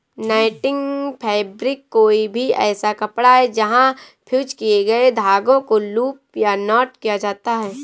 netting fabric कोई भी ऐसा कपड़ा है जहाँ फ़्यूज़ किए गए धागों को लूप या नॉट किया जाता है